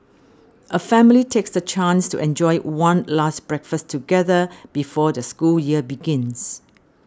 a family takes the chance to enjoy one last breakfast together before the school year begins